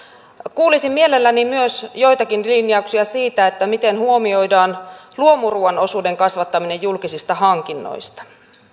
kuulisin mielelläni myös joitakin linjauksia siitä miten huomioidaan luomuruuan osuuden kasvattaminen julkisista hankinnoista